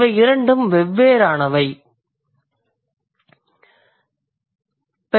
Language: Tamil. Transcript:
இவை இரண்டும் வெவ்வேறானவை என்பதை நினைவில் கொள்ளுங்கள்